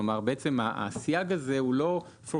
כלומר בעצם הסייג הזה הוא לא לתמיד,